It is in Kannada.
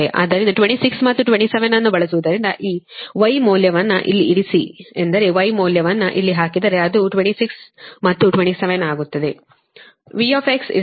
ಆದ್ದರಿಂದ 26 ಮತ್ತು 27 ಅನ್ನು ಬಳಸುವುದರಿಂದ ಈ ಮೌಲ್ಯವನ್ನು ಇಲ್ಲಿ ಇರಿಸಿ ಎಂದರೆ ಮೌಲ್ಯವನ್ನು ಇಲ್ಲಿ ಹಾಕಿದರೆ ಅದು 26 ಮತ್ತು 27 ಆಗುತ್ತದೆ